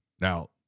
Now